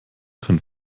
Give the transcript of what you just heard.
können